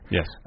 Yes